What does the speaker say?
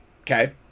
okay